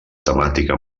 temàtica